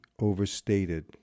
overstated